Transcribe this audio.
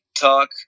talk